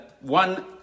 one